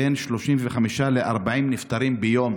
בין 35 ל-40 נפטרים ביום.